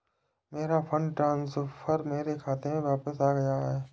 मेरा fund transfer मेरे खाते में वापस आ गया है